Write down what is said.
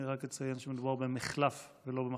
אני רק אציין שמדובר במֶחלף ולא במַחלף.